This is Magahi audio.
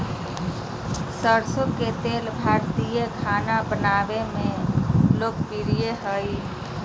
सरसो के तेल भारतीय खाना बनावय मे लोकप्रिय हइ